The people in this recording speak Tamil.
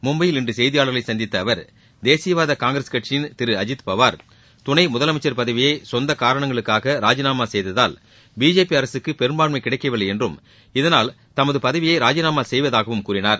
மும்பையில் இன்று செய்தியாளர்களை சந்தித்த அவர் தேசியவாத காங்கிரஸ் கட்சியின் திரு அஜித் பவார் துணை முதலமைச்சர் பதவியை சொந்த காரணங்களுக்காக ராஜினாமா செய்ததால் பிஜேபி அரசுக்கு பெரும்பான்மை கிடைக்கவில்லை என்றும் இதனால் தமது பதவியை ராஜினாமா செய்வதாகவும் கூறினார்